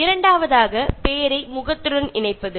இரண்டாவதாக பெயரை முகத்துடன் இணைப்பது